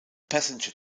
passenger